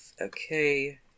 Okay